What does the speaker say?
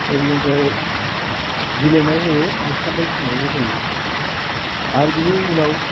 ओरै बेनिफ्राय दिलायनायाव होयो ओंखारनाय समावबो होयो आरो बेनि उनाव